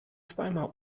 zweimal